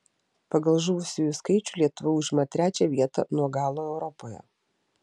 pagal žuvusiųjų skaičių lietuva užima trečią vietą nuo galo europoje